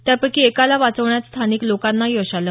त्यापैकी एकाला वाचवण्यात स्थानिक लोकांना यश आलं